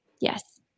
Yes